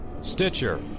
Stitcher